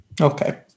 Okay